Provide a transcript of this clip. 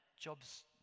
jobs